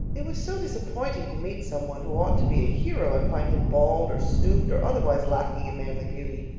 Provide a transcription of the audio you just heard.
it was so disappointing to meet someone who ought to be a hero and find him bald or stooped, or otherwise lacking in manly beauty.